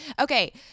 Okay